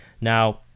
Now